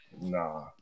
Nah